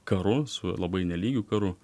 karu su labai nelygiu karu